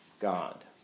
God